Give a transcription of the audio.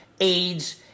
AIDS